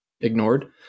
ignored